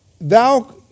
thou